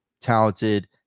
talented